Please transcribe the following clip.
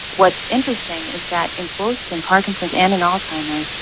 what's interesting is that in both and parkinson's and and alzheimer's,